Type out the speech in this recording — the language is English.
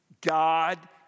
God